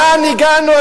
לאן הגענו,